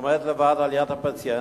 עומד לבד על-יד הפציינט,